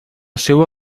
seua